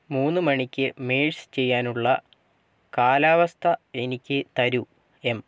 മൂന്ന് മണിക്ക് മെഴ്സ് ചെയ്യാനുള്ള കാലാവസ്ഥ എനിക്ക് തരൂ എം